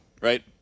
right